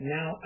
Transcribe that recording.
Now